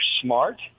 smart